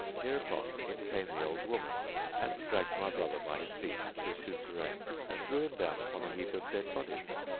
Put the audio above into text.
hereupon in came the old woman and dragged my brother by his feet to a souterrain and threw him down upon a heap of dead bodies.